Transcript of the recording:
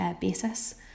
basis